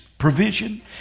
provision